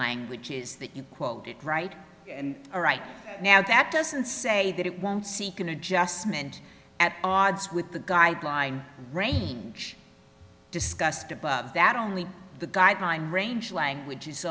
language is that you quote it right or right now that doesn't say that it won't seek an adjustment at odds with the guideline range discussed above that only the guideline range language